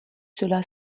cela